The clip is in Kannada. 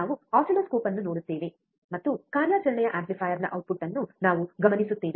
ನಾವು ಆಸಿಲ್ಲೋಸ್ಕೋಪ್ ಅನ್ನು ನೋಡುತ್ತೇವೆ ಮತ್ತು ಕಾರ್ಯಾಚರಣೆಯ ಆಂಪ್ಲಿಫೈಯರ್ನ ಔಟ್ಪುಟ್ ಅನ್ನು ನಾವು ಗಮನಿಸುತ್ತೇವೆ